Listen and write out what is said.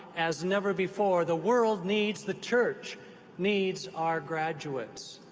as never before, the world needs the church needs our graduates